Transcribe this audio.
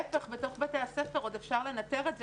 להיפך, בתוך בתי הספר עוד אפשר לנטר את זה.